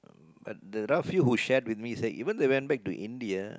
but the rough few who shared with me even when they went back to India